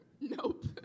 Nope